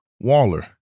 Waller